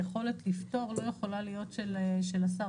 היכולת לפטור לא יכולה להיות של השר.